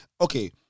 okay